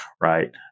right